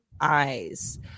eyes